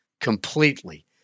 completely